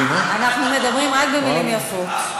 אנחנו מדברים רק במילים יפות.